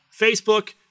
Facebook